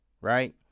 Right